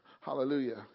Hallelujah